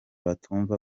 batumva